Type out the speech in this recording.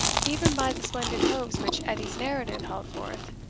even by the splendid hopes which edie's narrative held forth,